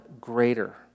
greater